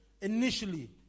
initially